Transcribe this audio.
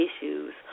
issues